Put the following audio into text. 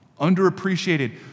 underappreciated